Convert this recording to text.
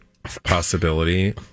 Possibility